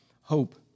hope